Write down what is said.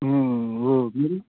अँ हो